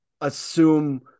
assume